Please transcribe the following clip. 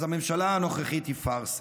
אז הממשלה הנוכחית היא פארסה,